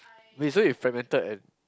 wait so you fragmented and